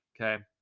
Okay